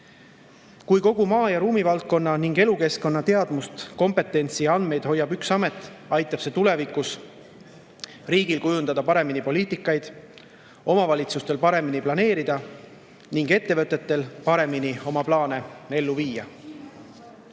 Kui kogu maa‑ ja ruumivaldkonna ning elukeskkonna teadmust, kompetentsi ja andmeid hoiab üks amet, aitab see tulevikus riigil kujundada paremini poliitikat, omavalitsustel paremini planeerida ning ettevõtetel paremini oma plaane ellu